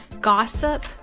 gossip